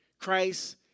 Christ